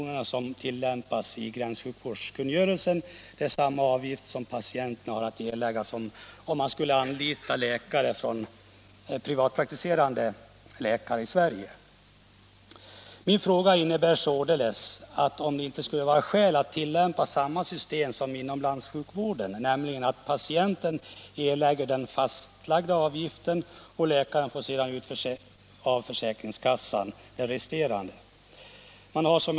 har fastställts i gränssjukvårdskungörelsen och är samma belopp som patienten skulle ha betalat om han hade anlitat privatpraktiserande läkare i Sverige. Min fråga är således om det inte vore skäl att tillämpa samma system som inom landssjukvården, nämligen att patienten erlägger den fastlagda avgiften och att läkaren sedan får ut det resterande beloppet av försäkringskassan.